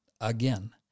Again